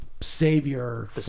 Savior